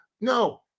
no